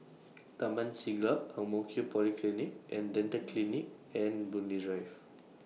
Taman Siglap Ang Mo Kio Polyclinic and Dental Clinic and Boon Lay Drive